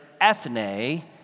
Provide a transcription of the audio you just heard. ethne